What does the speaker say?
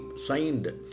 signed